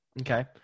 Okay